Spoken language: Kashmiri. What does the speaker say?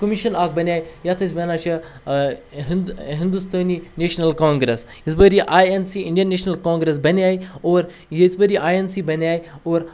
کٔمِشَن اَکھ بَنے یَتھ أسۍ وَنان چھِ ہِنٛد ہِندوستٲنی نیشنَل کانٛگرٮ۪س یِژ پھِر ییہِ I N C Indian national Congress بَنے اور یِژ پھِر یہِ آے اٮ۪ن سی بَنے اور